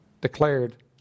declared